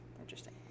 Interesting